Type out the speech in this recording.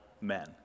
men